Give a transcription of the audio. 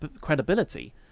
credibility